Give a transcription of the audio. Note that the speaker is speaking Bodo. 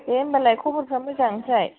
दे होनबालाय खबरफ्रा मोजां ओमफ्राय